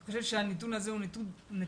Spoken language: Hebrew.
אני חושב שהנתון הזה הוא נתון מדאיג.